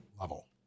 level